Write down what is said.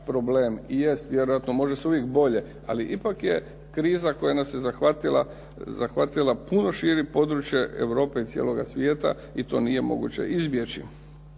i jest vjerojatno, može se uvijek bolje, ali ipak je kriza koja nas je zahvatila puno šire područje Europe i cijeloga svijeta i to nije moguće izbjeći.